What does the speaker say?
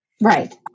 Right